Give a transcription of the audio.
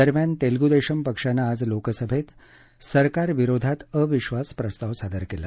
दरम्यान तेलुगु देशम पक्षानं आज लोकसभेत सरकार विरोधात अविश्वास प्रस्ताव सादर केला